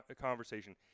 conversation